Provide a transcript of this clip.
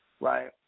right